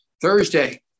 Thursday –